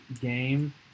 game